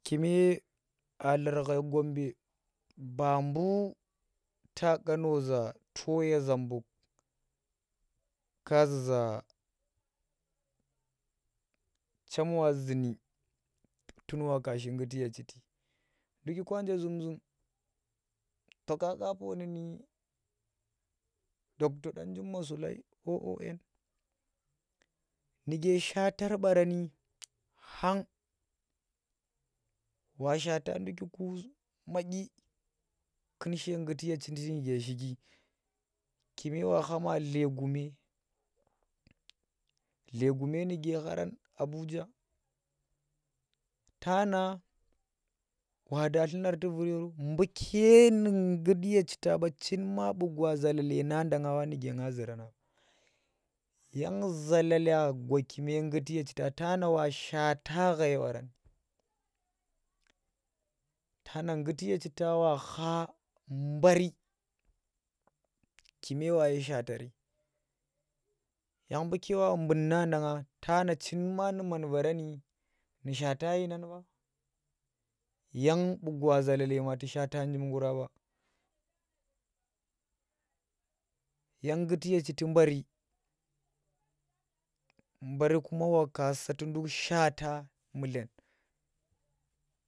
Kume aa larghai Gombe ba mbuu ta qa na za to ye Zambuk ka zuza chem wa zundi tun wa ka shi ngguti ye duti ndulakun je zum- zum to ka qa pooni nu Dr Danjumma Sulai nuke shaatar baarani khang washaata ndukiku madyi kaunshe ngguti ye chiti nuke shiki kume wa khama dlegume, dlegume nuke kharan Abuja tana wada dlunar ti vur yoro mbu ke nu nggut ye chita ɓa chinma buu gwa zalale nadanga wa nuke ngga zura na yang zalale gwa kumen ngguti ye chita tana wa shaata ghai baaran tana ngguti ye chita wakha mbaari kume wayi shatari, yang mbu ke wa mbuutna nda n ke wa bud na da ngga chin ma nu shi shaata dyinan ɓa yang buu gwa zalale ma ku shada njim ngura ɓa yang ngguti ye chiti mbaari mbar kuma kasa tu shaata mudlen.